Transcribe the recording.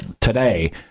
today